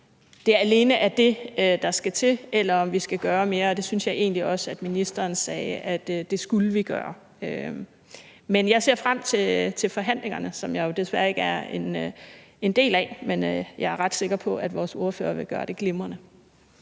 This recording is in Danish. det alene er det, der skal til, eller om vi skal gøre mere. Og det synes jeg egentlig også ministeren sagde at vi skulle gøre. Jeg ser frem til forhandlingerne, som jeg jo desværre ikke er en del af, men jeg er ret sikker på, at vores ordfører vil gøre det glimrende.